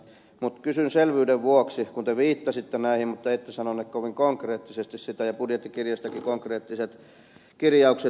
mutta kysyn selvyyden vuoksi kun te viittasitte näihin mutta ette sanonut kovin konkreettisesti sitä ja budjettikirjastakin konkreettiset kirjaukset puuttuvat